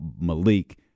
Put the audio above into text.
Malik